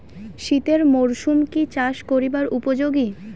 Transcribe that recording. শীতের মরসুম কি চাষ করিবার উপযোগী?